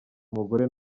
umugore